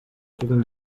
king